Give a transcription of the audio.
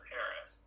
Paris